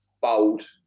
bold